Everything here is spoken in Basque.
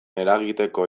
eragiteko